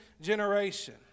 generation